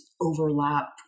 overlap